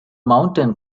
mountain